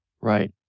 Right